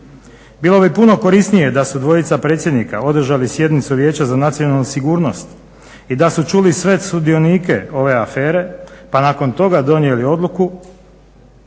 bilo bi puno korisnije da su dvojica predsjednika održali sjednicu Vijeća za nacionalnu sigurnost i da su čuli sve sudionike ove afere pa nakon toga donijeli odluku